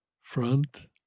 front